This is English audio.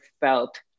felt